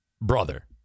brother